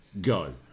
Go